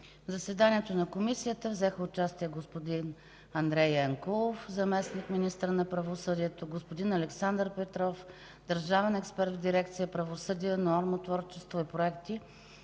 В заседанието на Комисията взеха участие господин Андрей Янкулов – заместник-министър на правосъдието, господин Александър Петров – държавен експерт в дирекция „Правосъдие, нормотворчество и проекти”